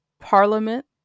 parliament